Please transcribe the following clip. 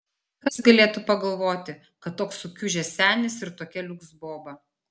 kas galėtų pagalvoti kad toks sukiužęs senis ir tokia liuks boba